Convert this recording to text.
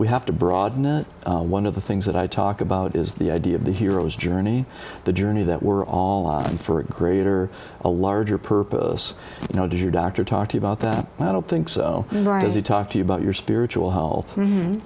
we have to broaden and one of the things that i talk about is the idea of the hero's journey the journey that we're all in for a greater a larger purpose now does your doctor talked about that i don't think so far as you talk to you about your spiritual health